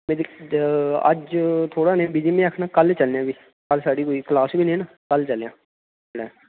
में अज्ज थोह्ड़ा नेहा बिजी बी में आखनेआं कल चलनेआं फ्ही कल साढ़ी कोई क्लास बी नेईं नां कल चलनेआं पैह्लें